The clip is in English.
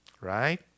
right